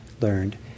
learned